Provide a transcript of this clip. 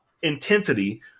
intensity